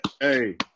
Hey